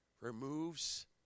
removes